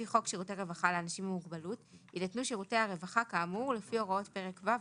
מבחינתנו, שניישר קו,